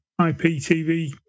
IPTV